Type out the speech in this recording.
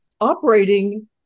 operating